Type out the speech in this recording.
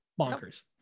bonkers